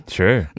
Sure